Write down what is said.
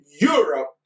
Europe